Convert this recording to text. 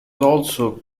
also